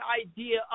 idea